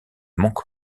monk